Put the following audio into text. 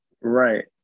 Right